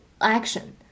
action